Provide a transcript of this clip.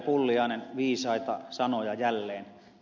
pulliainen viisaita sanoja jälleen